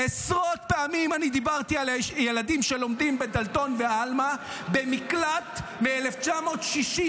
עשרות פעמים דיברתי על הילדים שלומדים בדלתון ובעלמה במקלט מ-1960,